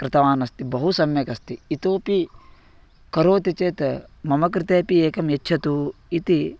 कृतवानस्ति बहु सम्यकस्ति इतोपि करोति चेत् मम कृतेपि एकं यच्छतु इति